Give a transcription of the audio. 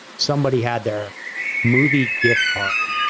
somebody had their movie gift card,